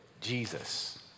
Jesus